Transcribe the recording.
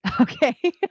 Okay